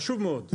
חשוב מאוד.